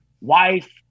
wife